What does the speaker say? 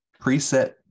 preset